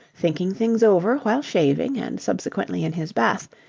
thinking things over while shaving and subsequently in his bath,